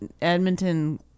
Edmonton